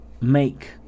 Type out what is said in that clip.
make